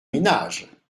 ménage